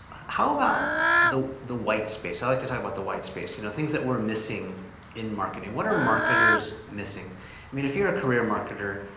how about the the white space? i like to talk about the white space, you know things that we're missing in marketing what our marketers missing i mean if you're a career marketer,